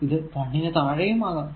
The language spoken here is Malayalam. ഇത് 1 നു താഴെയും ആകാം